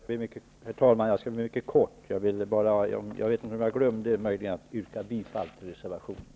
Herr talman! Jag skall fatta mig mycket kort. Jag vet inte om jag glömde att yrka bifall till reservationen.